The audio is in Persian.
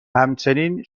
همچنین